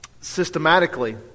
systematically